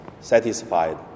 Satisfied